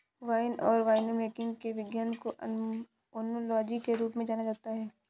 wine और winemaking के विज्ञान को ओनोलॉजी के रूप में जाना जाता है